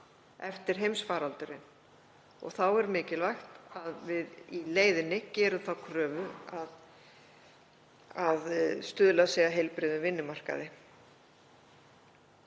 eftir heimsfaraldurinn og þá er mikilvægt að við í leiðinni gerum þá kröfu að stuðlað sé að heilbrigðum vinnumarkaði.